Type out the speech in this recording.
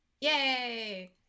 Yay